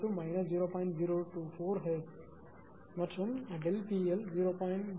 024 Hz மற்றும் ΔP L 0